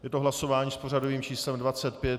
Je to hlasování s pořadovým číslem 25.